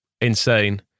insane